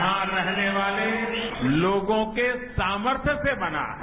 यहां रहने वाले लोगों के सार्क्थय से बना है